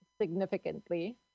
significantly